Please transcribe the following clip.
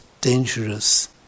dangerous